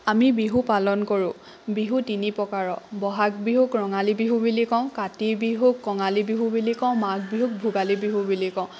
আমি বিহু পালন কৰোঁ বিহু তিনি প্ৰকাৰৰ বহাগ বিহুক ৰঙালী বিহু বুলি কওঁ কাতি বিহুক কঙালী বিহু বুলি কওঁ মাঘ বিহুক ভোগালী বিহু বুলি কওঁ